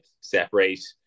separate